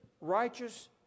righteous